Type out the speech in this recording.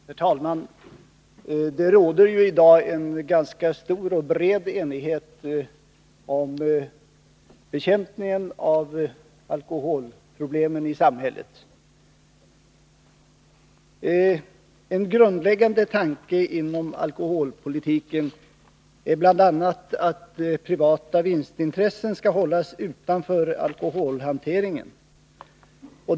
Herr talman! Det råder i dag en ganska stor och bred enighet i fråga om bekämpningen av alkoholproblemen i samhället. En grundläggande tanke inom alkoholpolitiken är bl.a. att privata vinstintressen skall hållas utanför alkoholhanteringen.